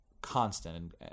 constant